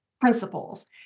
principles